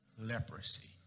leprosy